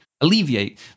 alleviate